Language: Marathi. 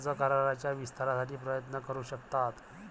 कर्ज कराराच्या विस्तारासाठी प्रयत्न करू शकतात